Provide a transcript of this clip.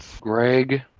Greg